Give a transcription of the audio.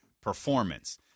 performance